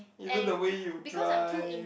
even the way you drive